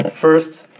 First